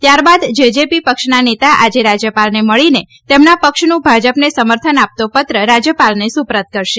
ત્યારબાદ જેજેપી પક્ષના નેતા આજે રાજ્યપાલને મળીને તેમના પક્ષનું ભાજપને સમર્થન આપતો પત્ર રાજ્યપાલને સુપરત કરશે